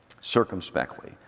circumspectly